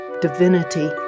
divinity